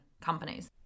companies